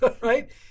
right